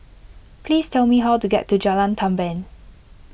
please tell me how to get to Jalan Tamban